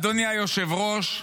אדוני היושב-ראש,